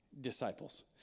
Disciples